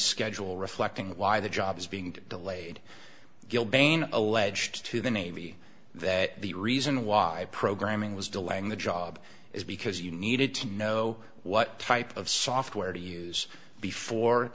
schedule reflecting why the job is being delayed gil bain alleged to the navy that the reason why programming was delaying the job is because you needed to know what type of software to use